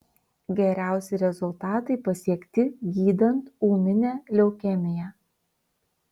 geriausi rezultatai pasiekti gydant ūminę leukemiją